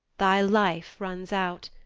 thy life runs out,